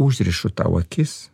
užrišu tau akis